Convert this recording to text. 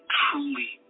truly